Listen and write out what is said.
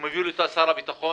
החלטה שמוביל שר הביטחון,